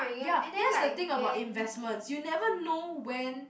ya that's the thing about investment you never know when